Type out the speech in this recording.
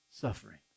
Suffering